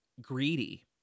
greedy